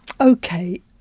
okay